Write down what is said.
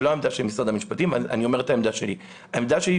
שהיא לא העמדה של משרד המשפטים אלא העמדה שלי: העמדה שלי,